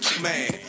man